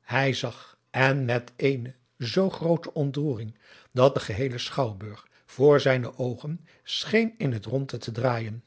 hij zag en met eene zoo groote ontroering dat de geheele schouwburg voor zijne oogen scheen in het ronde te draaijen